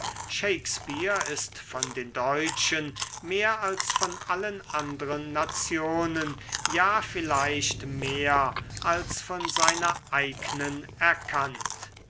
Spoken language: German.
shakespeare ist von den deutschen mehr als von allen anderen nationen ja vielleicht mehr als von seiner eignen erkannt